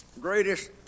Greatest